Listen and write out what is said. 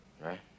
right